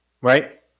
Right